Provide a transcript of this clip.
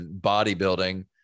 bodybuilding